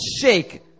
shake